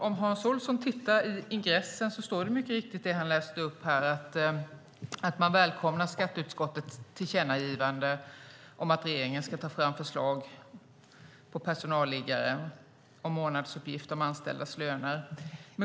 Om Hans Olsson tittar i ingressen ser han att det mycket riktigt står det han läste upp, att man välkomnar skatteutskottets tillkännagivande om att regeringen ska ta fram förslag på personalliggare och månadsuppgifter om anställdas löner.